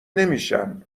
نمیشن